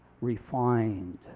refined